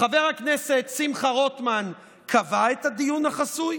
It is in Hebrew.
חבר הכנסת שמחה רוטמן קבע את הדיון החסוי?